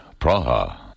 Praha